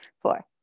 four